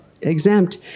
exempt